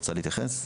בקשה.